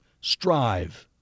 strive